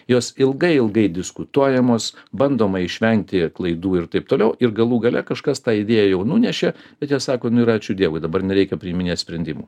jos ilgai ilgai diskutuojamos bandoma išvengti klaidų ir taip toliau ir galų gale kažkas tą idėją jau nunešė bet jie sako nu ir ačiū dievui dabar nereikia priiminėt sprendimų